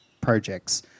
projects